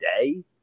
day